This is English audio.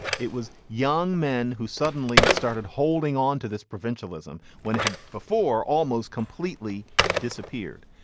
it was young men who suddenly started holding onto this provincialism when it had before almost completely disappeared.